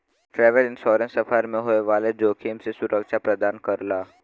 travel insurance सफर में होए वाले जोखिम से सुरक्षा प्रदान करला